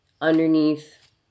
underneath